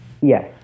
Yes